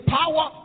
power